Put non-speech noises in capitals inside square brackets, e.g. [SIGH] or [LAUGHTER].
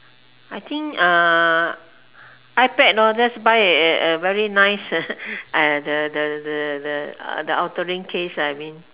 I think uh iPad lor just buy a a very nice uh [LAUGHS] uh the the the outer rim case I mean